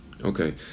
Okay